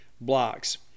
blocks